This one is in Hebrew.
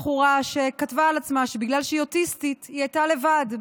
בחורה שכתבה על עצמה שבגלל שהיא אוטיסטית היא הייתה לבד,